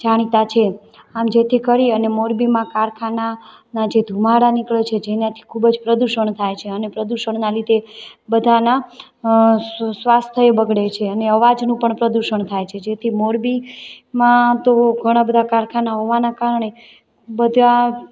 જાણીતા છે આમ જેથી કરી અને મોરબીમાં કારખાનાના જે ધુમાડા નીકળે છે જેનાથી ખૂબ જ પ્રદૂષણ થાય છે અને પ્રદૂષણના લીધે બધાના સ સ્વાસ્થ્ય બગડે છે અને અવાજનું પણ પ્રદૂષણ થાય છે જેથી મોરબીમાં તો ઘણાં બધા કારખાના હોવાનાં કારણે બધા